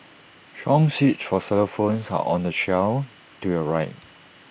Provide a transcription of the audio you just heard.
song sheets for xylophones are on the shelf to your right